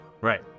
Right